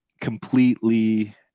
completely